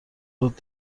داد